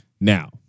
now